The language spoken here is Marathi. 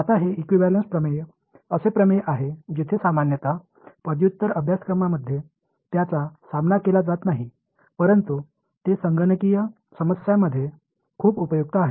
आता हे इक्विव्हॅलेंस प्रमेय असे प्रमेय आहे जिथे सामान्यत पदव्युत्तर अभ्यासक्रमामध्ये त्यांचा सामना केला जात नाही परंतु ते संगणकीय समस्यांमधे खूप उपयुक्त आहेत